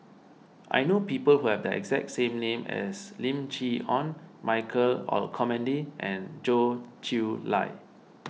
I know people who have the exact same name as Lim Chee Onn Michael Olcomendy and Goh Chiew Lye